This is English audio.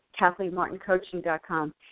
KathleenMartinCoaching.com